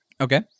Okay